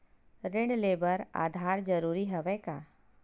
ऋण ले बर आधार जरूरी हवय का?